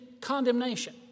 condemnation